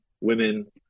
women